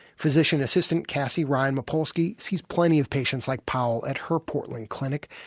physician assistant cassie ryan-mapolski sees plenty of patients like powell at her portland clinic.